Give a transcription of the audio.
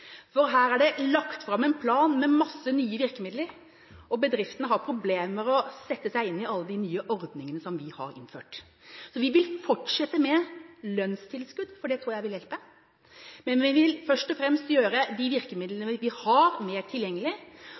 For her er det lagt fram en plan med mange nye virkemidler, og bedriftene har problemer med å sette seg inn i alle de nye ordningene som vi har innført. Vi vil fortsette med lønnstilskudd, for det tror jeg vil hjelpe, men vi vil først og fremst gjøre de virkemidlene vi har, mer